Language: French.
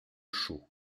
chaux